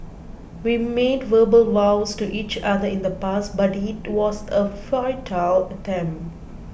we made verbal vows to each other in the past but it was a futile attempt